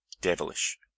devilish